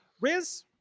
Riz